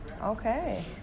Okay